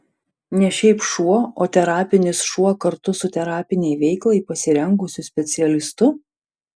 ne šiaip šuo o terapinis šuo kartu su terapinei veiklai pasirengusiu specialistu